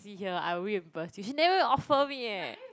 a taxi here I'll reimburse she never even offer me eh